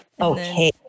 Okay